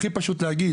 הכי פשוט להגיד,